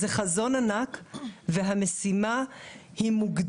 זה חזון ענק, והמשימה מוגדרת